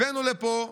הבאנו לפה,